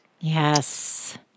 Yes